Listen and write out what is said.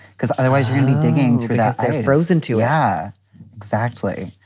because otherwise really digging through that, they're frozen, too. yeah exactly.